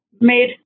made